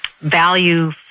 value